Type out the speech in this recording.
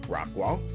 Rockwall